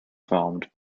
formed